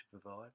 provide